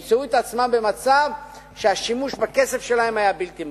והם ימצאו את עצמם במצב שהשימוש בכסף שלהם היה בלתי מבוקר.